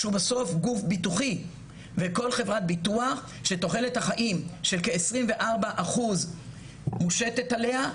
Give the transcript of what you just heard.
שהוא בסוף גוף ביטוחי וכל חברת ביטוח שתוחלת החיים של כ-24% מושתת עליה,